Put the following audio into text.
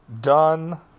done